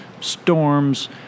Storms